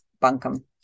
bunkum